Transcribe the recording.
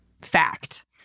fact